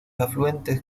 afluentes